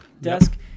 desk